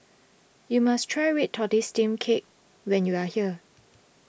you must try Red Tortoise Steamed Cake when you are here